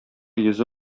йөзе